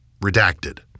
redacted